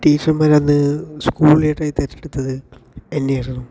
ടീച്ചർമാർ അന്ന് സ്കൂൾ ലീഡറായി തിരഞ്ഞെടുത്തത് എന്നെയായിരുന്നു